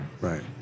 right